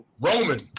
Roman